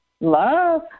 love